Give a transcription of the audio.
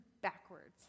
backwards